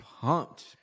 pumped